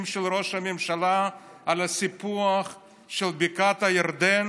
של ראש הממשלה על הסיפוח של בקעת הירדן